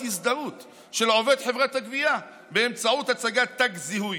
הזדהות של עובד חברה הגבייה באמצעות הצגת תג זיהוי,